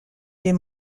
des